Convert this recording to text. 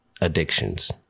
addictions